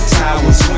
towers